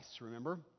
remember